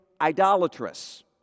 idolatrous